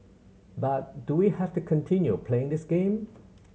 but do we have to continue playing this game